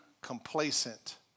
complacent